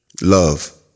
love